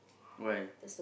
why